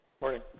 Morning